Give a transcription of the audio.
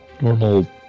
Normal